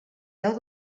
deu